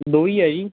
ਦੋ ਹੀ ਆ ਜੀ